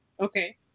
Okay